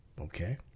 Okay